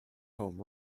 home